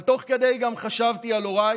אבל תוך כדי גם חשבתי על הוריי